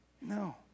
No